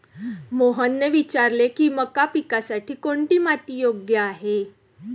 मोहनने विचारले की मका पिकासाठी कोणती माती योग्य आहे?